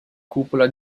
cupola